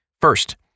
First